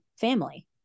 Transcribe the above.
family